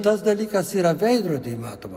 tas dalykas yra veidrody matoma